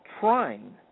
trying